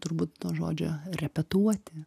turbūt nuo žodžio repetuoti